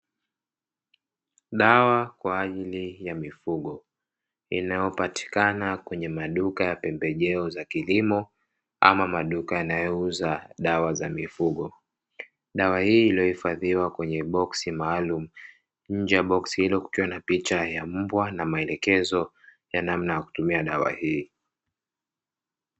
Dawa kwa ajili ya mifugo inayopatikana kwenye maduka ya pembejeo za kilimo, ama maduka yanayouza dawa za mifugo, dawa hii iliyohifadhiwa kwenye boksi maalumu, nje ya boksi hilo kukiwa na picha ya mbwa na maelekezo ya namna ya kutumia dawa hii.